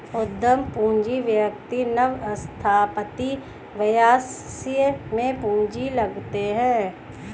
उद्यम पूंजी व्यक्ति नवस्थापित व्यवसाय में पूंजी लगाते हैं